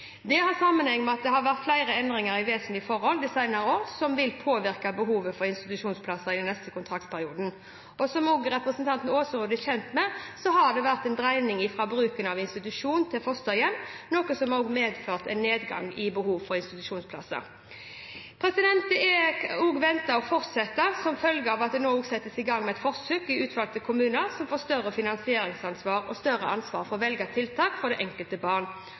Det har sammenheng med at det har vært endringer i flere vesentlige forhold de senere år som vil påvirke behovet for institusjonsplasser i neste kontraktsperiode. Som også representanten Aasrud er kjent med, har det vært en dreining fra bruken av institusjon til fosterhjem, noe som også har medført en nedgang i behovet for institusjonsplasser. Dette er også ventet å fortsette, som følge av at det nå settes i gang forsøk i utvalgte kommuner, som får større finansieringsansvar og større ansvar for å velge tiltak for det enkelte barn.